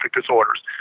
disorders